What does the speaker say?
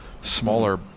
smaller